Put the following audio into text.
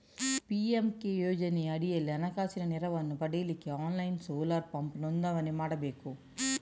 PMK ಯೋಜನೆಯ ಅಡಿಯಲ್ಲಿ ಹಣಕಾಸಿನ ನೆರವನ್ನ ಪಡೀಲಿಕ್ಕೆ ಆನ್ಲೈನ್ ಸೋಲಾರ್ ಪಂಪ್ ನೋಂದಣಿ ಮಾಡ್ಬೇಕು